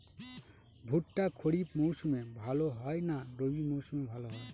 ভুট্টা খরিফ মৌসুমে ভাল হয় না রবি মৌসুমে ভাল হয়?